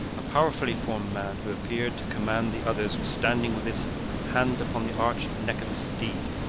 a powerfully-formed man, who appeared to command the others, was standing with his hand upon the arched neck of his steed,